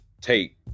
take